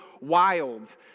wild